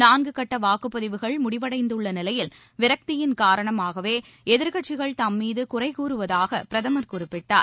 நான்கு கட்ட வாக்குப்பதிவுகள் முடிவடைந்துள்ள நிலையில் விரக்தியின் காரணமாகவே எதிர்க்கட்சிகள் தம்மீது குறை கூறுவதாக பிரதமர் குறிப்பிட்டார்